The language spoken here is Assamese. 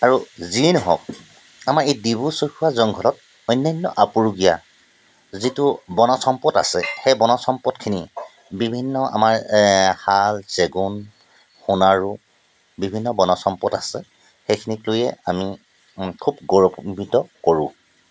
আৰু যিয়ে নহওক আমাৰ এই ডিব্ৰু চৈখোৱা জংঘলত অন্যান্য আপুৰুগীয়া যিটো বনজ সম্পদ আছে সেই বনজ সম্পদখিনি বিভিন্ন আমাৰ এ শাল চেগুণ সোণাৰু বিভিন্ন বনজ সম্পদ আছে সেইখিনিক লৈয়ে আমি খুব গৌৰৱান্বিত কৰোঁ